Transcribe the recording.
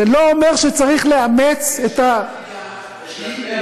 זה לא אומר שצריך לאמץ, זה לא כלפיהם.